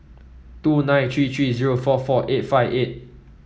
two nine three three zero four four eight five eight